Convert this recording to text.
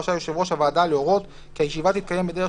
רשאי יושב ראש הוועדה להורות כי הישיבה תתקיים בדרך